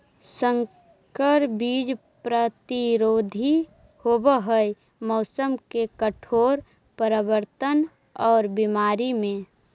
संकर बीज प्रतिरोधी होव हई मौसम के कठोर परिवर्तन और बीमारी में